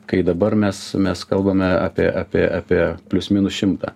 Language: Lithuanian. kai dabar mes mes kalbame apie apie apie plius minus šimtą